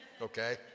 Okay